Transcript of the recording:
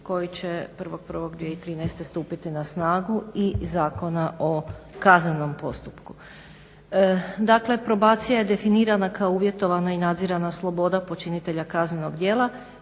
koji će 1.1.2013.stupiti na snagu i Zakona o kaznenom postupku. Dakle, probacija je definirana kao uvjetovana i nadzirana sloboda počinitelja kaznenog djela